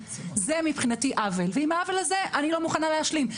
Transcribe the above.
זה מבחינתי עוול ועם העוול הזה אני לא מוכנה להשלים.